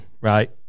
Right